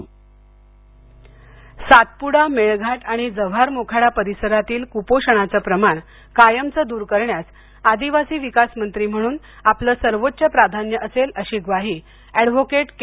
पाडवी सातप्डा मेळघाट आणि जव्हार मोखाडा परिसरातील क्पोषणाचे प्रमाण कायमचे द्र करण्यास आदिवासी विकासमंत्री म्हणून आपले सर्वोच प्राधान्य असेल अशी ग्वाही अॅडव्होकेट के